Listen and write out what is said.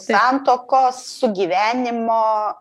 santuokos sugyvenimo